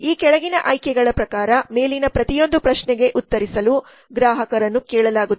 ಈ ಕೆಳಗಿನ ಆಯ್ಕೆಗಳ ಪ್ರಕಾರ ಮೇಲಿನ ಪ್ರತಿಯೊಂದು ಪ್ರಶ್ನೆಗಳಿಗೆ ಉತ್ತರಿಸಲು ಗ್ರಾಹಕರನ್ನು ಕೇಳಲಾಗುತ್ತದೆ